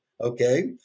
Okay